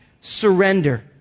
surrender